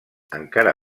encara